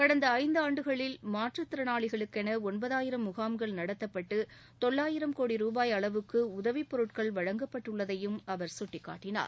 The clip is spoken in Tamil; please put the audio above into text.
கடந்த ஐந்தாண்டுகளில் மாற்றுத்திறனாளிகளுக்கென ஒன்பதாயிரம் முகாம்கள் நடத்தப்பட்டு தொள்ளாயிரம் கோடி ரூபாய் அளவுக்கு உதவிப்பொருட்கள் வழங்கப்பட்டுள்ளதையும் அவர் அப்போது சுட்டிக்காட்டினார்